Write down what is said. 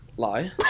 lie